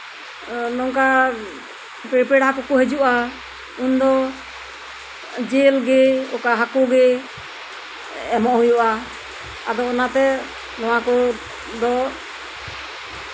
ᱱᱚᱝᱠᱟ ᱯᱮᱲᱟ ᱠᱚᱠᱚ ᱦᱤᱡᱩᱜᱼᱟ ᱩᱱᱫᱚ ᱡᱤᱞᱜᱮ ᱚᱠᱟ ᱦᱟᱹᱠᱩ ᱜᱮ ᱮᱢᱚᱜ ᱦᱩᱭᱩᱜᱼᱟ ᱚᱱᱟᱛᱮ ᱱᱚᱣᱟ ᱠᱚᱫᱚ